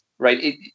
Right